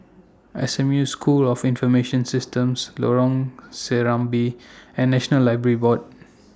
S M U School of Information Systems Lorong Serambi and National Library Board